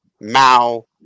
Mao